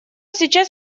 сейчас